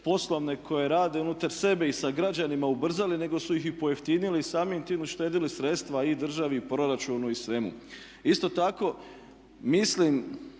poslovne koje rade unutar sebe i sa građanima ubrzali nego su ih i pojeftinili i samim time uštedjeli sredstva i državi i proračunu i svemu. Isto tako mislim,